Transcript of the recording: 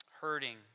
Hurting